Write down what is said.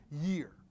year